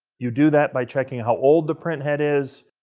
you do that by checking how old the printhead is.